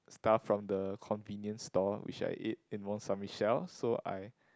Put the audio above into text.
stuff from the convenience store which I eat in Mont Saint Michel so I